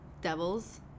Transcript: devils